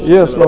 Yes